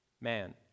man